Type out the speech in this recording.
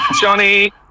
Johnny